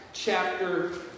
Chapter